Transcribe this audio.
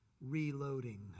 reloading